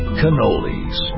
cannolis